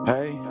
Hey